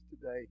today